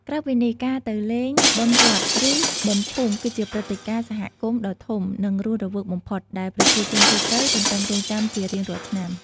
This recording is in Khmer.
ក្រៅពីនេះ ការទៅលេង បុណ្យវត្ត ឬ បុណ្យភូមិ គឺជាព្រឹត្តិការណ៍សហគមន៍ដ៏ធំ និងរស់រវើកបំផុត ដែលប្រជាជនទូទៅទន្ទឹងរង់ចាំជារៀងរាល់ឆ្នាំ។